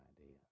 idea